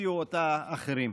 המציאו אותה אחרים.